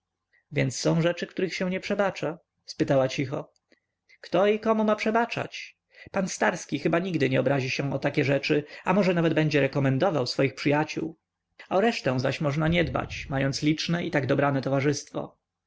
więc są rzeczy których się nie przebacza spytała cicho kto i komu ma przebaczać pan starski chyba nigdy nie obrazi się o takie rzeczy a może nawet będzie rekomendował swoich przyjaciół o resztę zaś można nie dbać mając liczne i tak dobrane towarzystwo